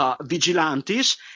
vigilantes